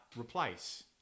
replace